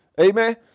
Amen